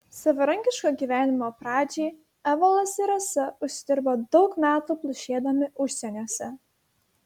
savarankiško gyvenimo pradžiai evaldas ir rasa užsidirbo daug metų plušėdami užsieniuose